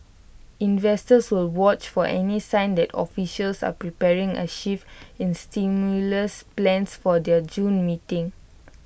investors will watch for any sign that officials are preparing A shift in stimulus plans for their June meeting